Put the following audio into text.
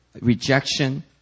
Rejection